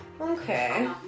Okay